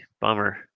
Bummer